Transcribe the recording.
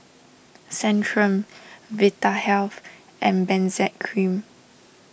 Centrum Vitahealth and Benzac Cream